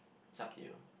is up to you